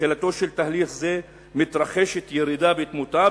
בתחילתו של תהליך זה מתרחשת ירידה בתמותה,